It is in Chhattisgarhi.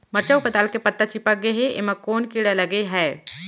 मरचा अऊ पताल के पत्ता चिपक गे हे, एमा कोन कीड़ा लगे है?